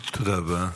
תודה רבה.